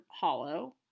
Hollow